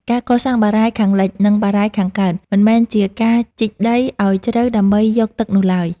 ការសាងសង់បារាយណ៍ខាងលិច និងបារាយណ៍ខាងកើត មិនមែនជាការជីកដីឱ្យជ្រៅដើម្បីយកទឹកនោះឡើយ។